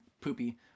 poopy